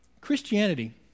Christianity